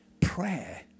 prayer